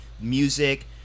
Music